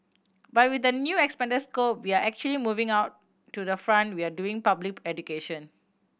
but with the new expanded scope we are actually moving out to the front we are doing public education